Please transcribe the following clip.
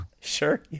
Sure